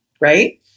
right